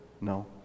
No